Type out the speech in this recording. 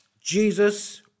Jesus